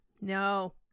No